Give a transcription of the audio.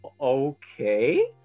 Okay